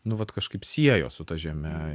nu vat kažkaip siejo su ta žeme